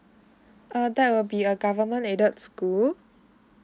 err that will be a government aided school